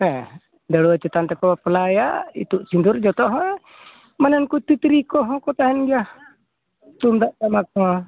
ᱦᱮᱸ ᱫᱟᱹᱲᱣᱟᱹ ᱪᱮᱛᱟᱱ ᱛᱮᱠᱚ ᱵᱟᱯᱞᱟᱭᱮᱭᱟ ᱤᱸᱛᱩᱫ ᱥᱤᱸᱫᱩᱨ ᱡᱚᱛᱚ ᱦᱟᱸᱜ ᱢᱟᱱᱮ ᱩᱱᱠᱩ ᱛᱤᱛᱨᱤ ᱠᱚᱦᱚᱸ ᱠᱚ ᱛᱟᱦᱮᱱ ᱜᱮᱭᱟ ᱛᱩᱢᱫᱟᱜ ᱴᱟᱢᱟᱠ ᱠᱚᱦᱚ